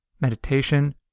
meditation